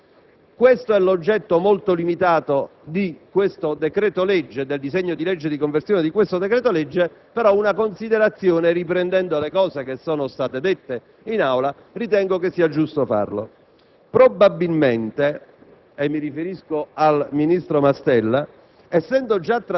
per la prima domenica ed il lunedì successivo del mese di aprile dell'anno 2008. Questo è l'oggetto molto limitato del disegno di legge di conversione del decreto-legge in esame. Tuttavia, una considerazione, riprendendo le questioni che sono già state affrontate in Aula, ritengo che sia giusto farla.